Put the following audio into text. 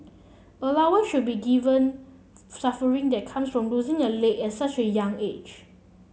should be given suffering that comes from losing a leg at such a young age